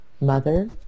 mother